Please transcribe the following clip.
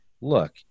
look